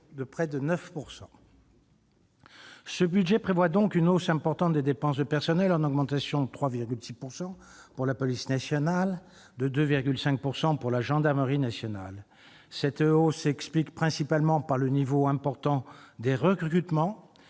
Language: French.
de près de 9 %. Ce budget traduit donc une hausse importante des dépenses de personnel, en augmentation de 3,6 % pour la police nationale et de 2,5 % pour la gendarmerie nationale. Cette hausse s'explique principalement par le fort niveau des recrutements